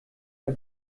der